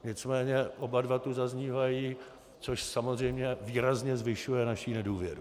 Nicméně oba dva tu zaznívají, což samozřejmě výrazně zvyšuje naši nedůvěru.